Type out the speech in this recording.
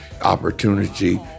opportunity